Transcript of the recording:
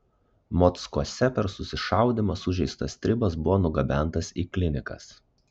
mockuose per susišaudymą sužeistas stribas buvo nugabentas į klinikas